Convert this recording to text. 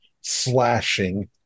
slashing